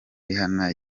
rihanna